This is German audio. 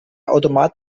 automat